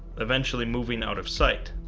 eventually moving out of sight.